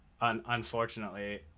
unfortunately